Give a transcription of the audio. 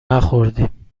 نخوردیم